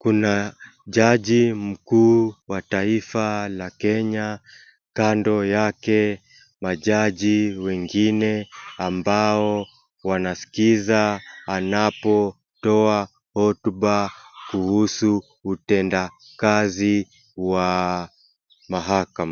Kuna jaji mkuu wa taifa la Kenya kando yake majaji wengine ambao wanaskiza anapotoa hotuba kuhusu utendakazi wa mahakama